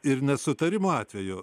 ir nesutarimo atveju